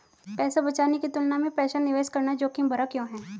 पैसा बचाने की तुलना में पैसा निवेश करना जोखिम भरा क्यों है?